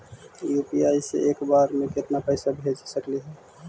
UPI से एक बार मे केतना पैसा भेज सकली हे?